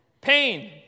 pain